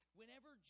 whenever